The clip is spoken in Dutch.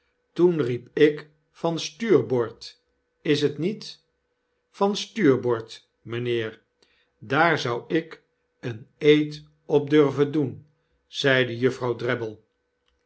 toen riep ik van stuurboord is t niet van stuurboord mynheer daar zou ik een eed op durven doen zeide